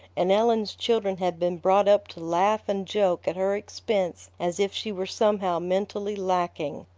and ellen's children had been brought up to laugh and joke at her expense as if she were somehow mentally lacking.